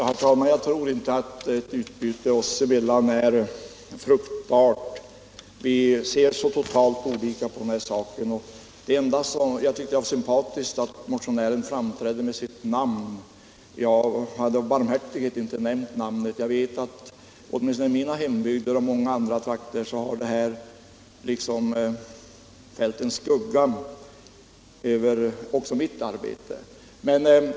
Herr talman! Jag tror inte att ett meningsutbyte oss emellan är fruktbart. Vi ser så olika på den här saken. Det enda jag tyckte var sympatiskt var att motionären framträdde med sitt namn. Av barmhärtighet nämnde jag inte hans namn. I mina hembygder och många andra trakter har motionen liksom dragit en skugga över också mitt arbete.